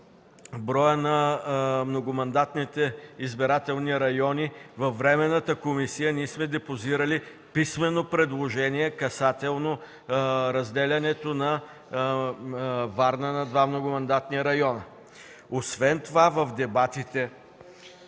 броя на многомандатните избирателни райони. Във временната комисия ние сме депозирали писмено предложение, касателно разделянето на Варна на два многомандатни района. Освен това в дебатите